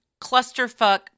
clusterfuck